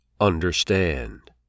understand